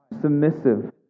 submissive